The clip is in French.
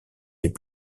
les